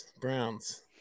Browns